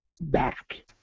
back